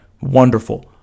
Wonderful